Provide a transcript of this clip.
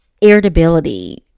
irritability